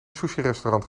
sushirestaurant